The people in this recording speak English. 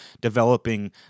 developing